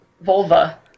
vulva